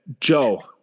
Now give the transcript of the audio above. joe